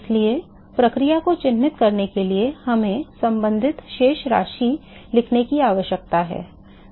इसलिए प्रक्रिया को चिह्नित करने के लिए हमें संबंधित शेष राशि लिखने की आवश्यकता है